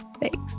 Thanks